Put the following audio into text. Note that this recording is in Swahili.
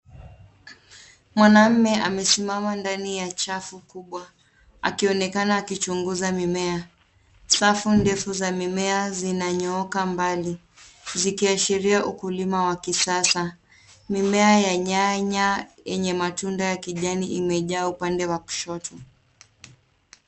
Mwanamume amesimama ndani ya chafu kubwa akionekana akichunguza mimea. Safu ndefu za mimea zinanyooka mbali zikiashiria ukulima wa kisasa. Mimea ya nyanya yenye matunda ya kijani imejaa upande wa kushoto.